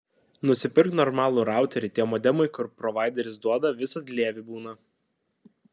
nusipirk normalų routerį tie modemai kur provaideris duoda visad lievi būna